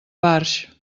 barx